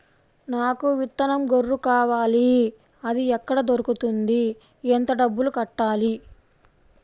నాకు విత్తనం గొర్రు కావాలి? అది ఎక్కడ దొరుకుతుంది? ఎంత డబ్బులు కట్టాలి?